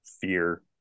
fear